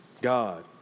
God